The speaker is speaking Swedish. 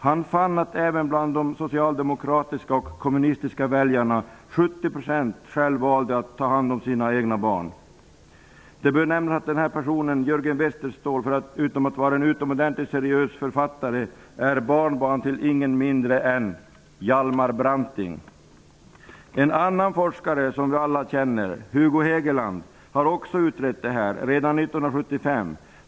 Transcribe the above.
Han fann att 70 % även bland de socialistiska och kommunistiska väljarna valde att själva ta hand om sina egna barn. Det bör nämnas att Jörgen Westerståhl, förutom att vara en utomordentligt seriös författare, är barnbarn till ingen mindre än Hjalmar Branting. En annan forskare som vi alla känner, Hugo Hegeland, har också utrett detta 1975.